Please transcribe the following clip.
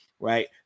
right